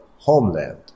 Homeland